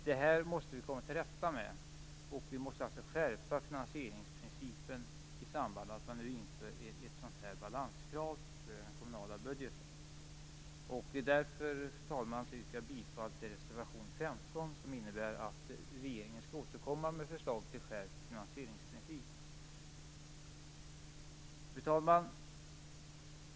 Det här måste vi komma till rätta med, och vi måste alltså skärpa finansieringsprincipen i samband med att man nu inför ett sådant här balanskrav för den kommunala budgeten. Därför yrkar jag bifall till reservation 15, som innebär att regeringen skall återkomma med förslag till skärpt finansieringsprincip. Fru talman!